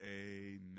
amen